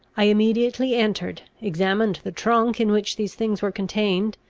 i immediately entered, examined the trunk in which these things were contained,